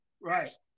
Right